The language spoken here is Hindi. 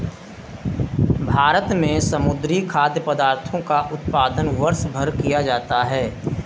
भारत में समुद्री खाद्य पदार्थों का उत्पादन वर्षभर किया जाता है